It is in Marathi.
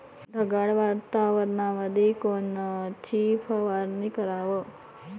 ढगाळ वातावरणामंदी कोनची फवारनी कराव?